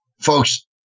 Folks